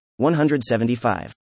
175